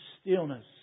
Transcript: stillness